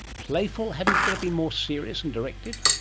playful? haven't you got to be more serious and directed?